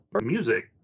music